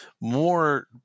more